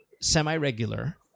semi-regular